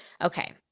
Okay